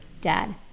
dad